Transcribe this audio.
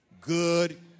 good